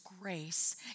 grace